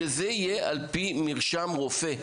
שזה יהיה על פי מרשם רופא,